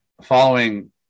following